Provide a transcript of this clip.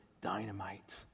dynamite